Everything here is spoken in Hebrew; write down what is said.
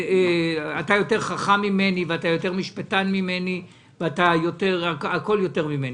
אתה יותר חכם ממני ויותר משפטן ממני ואתה הכול יותר ממני,